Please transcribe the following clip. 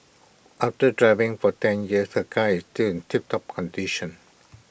after driving for ten years her car is still in tiptop condition